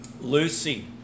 Lucy